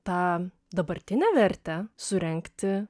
tą dabartinę vertę surengti